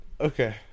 Okay